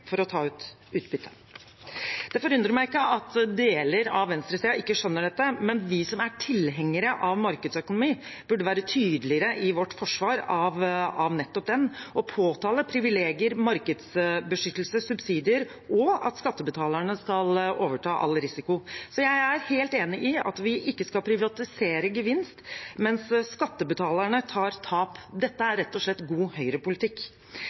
for å ta ut utbytte. Det forundrer meg ikke at deler av venstresiden ikke skjønner dette, men vi som er tilhengere av markedsøkonomi, burde være tydeligere i vårt forsvar av nettopp den og påtale privilegier, markedsbeskyttelse, subsidier og at skattebetalerne skal overta all risiko. Jeg er helt enig i at vi ikke skal privatisere gevinst mens skattebetalerne tar tap. Dette er rett og slett god